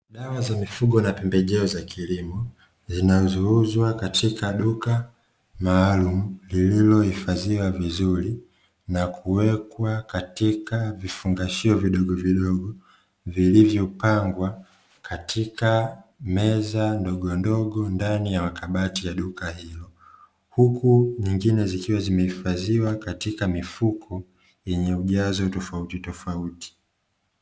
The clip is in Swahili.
Dawa za mifugo na pembejeo za kilimo, zinazouzwa katika duka maalumu lililohifadhiwa vizuri na kuwekwa katika vifungashio vidogovidogo vilivyopangwa katika meza ndogondogo ndani ya makabati ya duka hilo, huku nyingine zikiwa zimehifadhiwa katika mifuko yenye ujazo tofautitofauti.